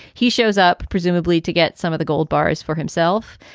he shows up presumably to get some of the gold bars for himself.